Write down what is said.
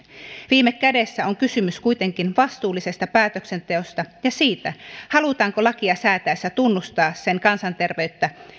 viime kädessä on kysymys vastuullisesta päätöksenteosta ja siitä halutaanko lakia säätäessä tunnustaa sen kansanterveyttä